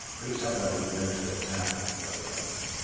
be somebody who makes things happen for other artists.